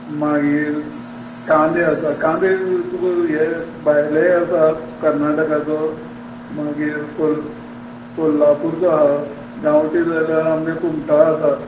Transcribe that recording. मागीर कांदे आसा कांदे तुका हे भायलेय आसात कर्नाटकाचो मागीर कोल कोल्हापुरचो आसा गांवटी जाय जाल्यार आमगे कुमटा आसा